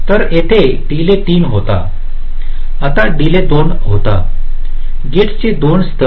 तर येथे डीले 3 होता आता डीले 2 होता गेट्सचे 2 स्तर